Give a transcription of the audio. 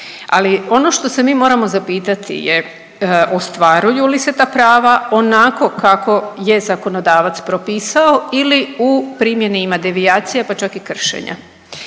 ali ono što se mi moramo zapitati je ostvaruju li se ta prava onako kako je zakonodavac propisao ili u primjeni ima devijacija, pa čak i kršenja